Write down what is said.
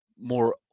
more